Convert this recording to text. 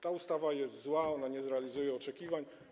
Ta ustawa jest zła, nie realizuje oczekiwań.